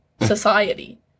Society